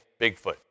Bigfoot